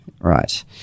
right